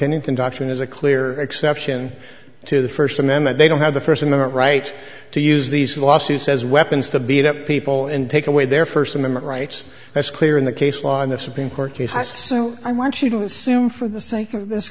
kennington doctrine is a clear exception to the first amendment they don't have the first amendment right to use these lawsuits as weapons to beat up people and take away their first amendment rights that's clear in the case law and the supreme court case so i want you to assume for the sake of this